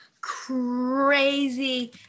crazy